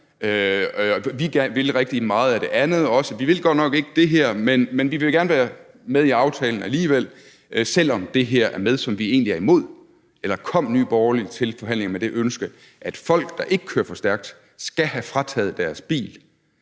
vi vil også rigtig meget af det andet; vi vil godt nok ikke det her, men vi vil gerne være med i aftalen alligevel, selv om det her er med, som vi egentlig er imod? Eller kom Nye Borgerlige til forhandlingerne med det ønske, at folk, der ikke kører for stærkt, skal have frataget deres bil,